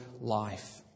life